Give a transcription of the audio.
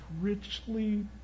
richly